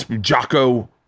Jocko